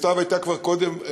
סתיו הייתה כבר קודם.